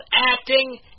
acting